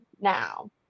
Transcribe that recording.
now